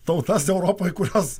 tautas europoj kurios